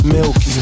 Milk